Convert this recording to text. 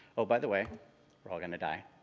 oh, by the way we're all gonna die.